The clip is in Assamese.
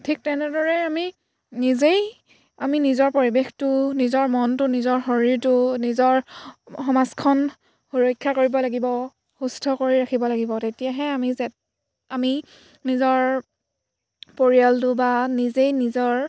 ঠিক তেনেদৰে আমি নিজেই আমি নিজৰ পৰিৱেশটো নিজৰ মনটো নিজৰ শৰীৰটো নিজৰ সমাজখন সুৰক্ষা কৰিব লাগিব সুস্থ কৰি ৰাখিব লাগিব তেতিয়াহে আমি যে আমি নিজৰ পৰিয়ালটো বা নিজেই নিজৰ